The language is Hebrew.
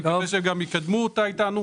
אני מקווה שגם יקדמו אותה איתנו.